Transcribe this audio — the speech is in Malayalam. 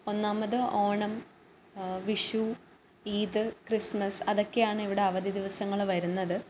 ഒന്നാമത് ഓണം വിഷു ഈദ് ക്രിസ്മസ് അതൊക്കെയാണ് ഇവിടെ അവധി ദിവസങ്ങൾ വരുന്നത്